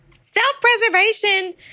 self-preservation